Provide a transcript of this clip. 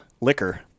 liquor